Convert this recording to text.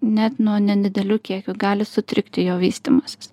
net nuo nedidelių kiekių gali sutrikti jo vystymasis